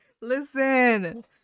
Listen